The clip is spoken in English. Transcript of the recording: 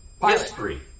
History